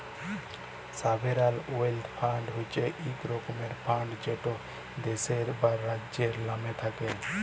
sovereign wealth fund হছে ইক রকমের ফাল্ড যেট দ্যাশের বা রাজ্যের লামে থ্যাকে